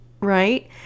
right